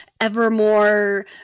Evermore